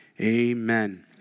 Amen